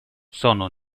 sono